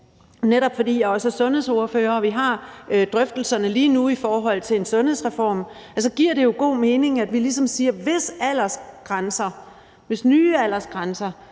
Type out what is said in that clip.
netop fordi jeg også er sundhedsordfører og vi har drøftelserne lige nu om en sundhedsreform, at det jo giver god mening, at vi ligesom siger, at hvis nye aldersgrænser